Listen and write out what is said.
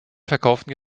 verkauften